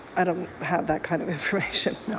and um have that kind of information.